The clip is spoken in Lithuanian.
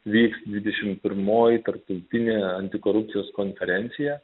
vyks dvidešim pirmoji tarptautinė antikorupcijos konferencija